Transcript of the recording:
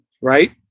Right